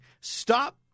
stop